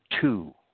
two